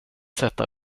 sätta